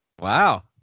Wow